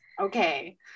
okay